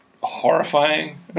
horrifying